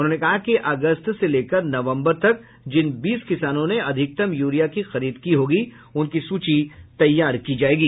उन्होंने कहा कि अगस्त से लेकर नवम्बर तक जिन बीस किसानों ने अधिकतम यूरिया की खरीद की होगी उनकी सूची तैयार की जायेगी